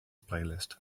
playlist